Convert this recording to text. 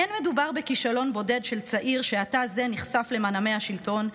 אין מדובר בכישלון בודד של צעיר שעתה זה נחשף למנעמי השלטון,